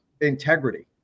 integrity